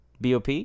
BOP